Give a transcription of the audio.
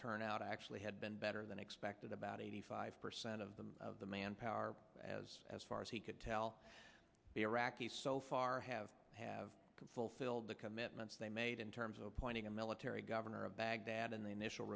turnout actually had been better than expected about eighty five percent of them of the manpower as as far as he could tell the iraqis so far have have fulfilled the commitments they made in terms of appointing a military governor of baghdad and the